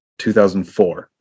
2004